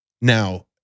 Now